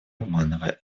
обманывать